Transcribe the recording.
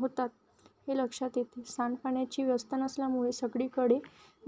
होतात हे लक्षात येते सांड पाण्याची व्यवस्था नसल्यामुळे सगळीकडे